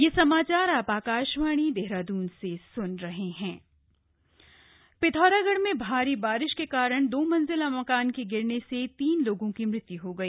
प्रिथौराणढ़ आपदा पिथौरागढ़ में भारी बारिश के कारण दोमंजिला मकान के गिरने से तीन लोगों की मृत्यु हो गई